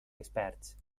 experts